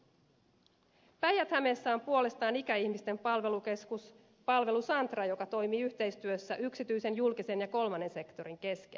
päijät hämeessä on puolestaan ikäihmisten palvelukeskus palvelusantra joka toimii yhteistyössä yksityisen julkisen ja kolmannen sektorin kesken